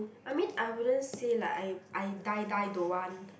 I mean I wouldn't say like I I die die don't want